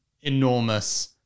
enormous